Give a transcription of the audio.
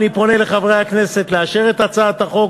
אני פונה לחברי הכנסת ומבקשת לאשר את הצעת החוק